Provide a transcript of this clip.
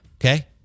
Okay